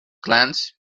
glance